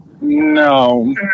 No